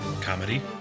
comedy